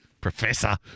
Professor